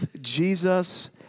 Jesus